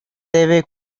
debe